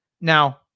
Now